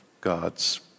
God's